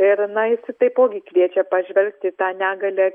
ir na jis taipogi kviečia pažvelgti į tą negalią